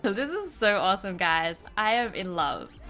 so this is so awesome guys i have in love